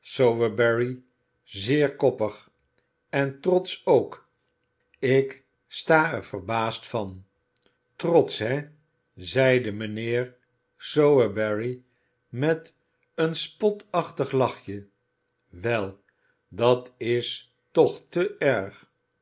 sowerberry zeer koppig en trotsch ook ik sta er verbaasd van trotsch he zeide mijnheer sowerberry met een spotachtig lachje wel dat is toch te erg